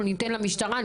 ניתן למשטרה להגיב,